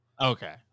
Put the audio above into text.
okay